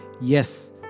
yes